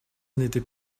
n’était